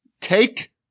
Take